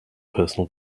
personal